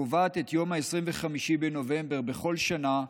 הקובעת את 25 בנובמבר, בכל שנה,